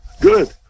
good